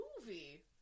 movie